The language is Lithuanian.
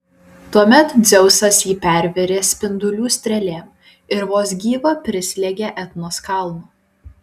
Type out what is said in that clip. tuomet dzeusas jį pervėrė spindulių strėlėm ir vos gyvą prislėgė etnos kalnu